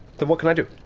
then what can i do?